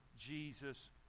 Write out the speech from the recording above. Jesus